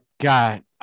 God